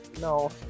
No